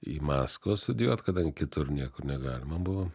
į maskvą studijuot kadangi kitur niekur negalima buvo